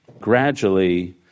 gradually